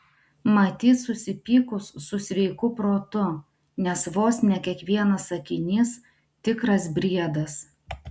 matyt susipykus su sveiku protu nes vos ne kiekvienas sakinys tikras briedas